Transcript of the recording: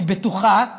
אני בטוחה,